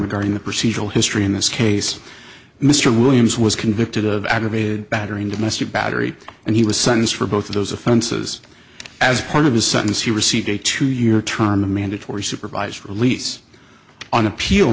regarding the procedural history in this case mr williams was convicted of aggravated battery in domestic battery and he was sentenced for both of those offenses as part of his sentence he received a two year term the mandatory supervised release on appeal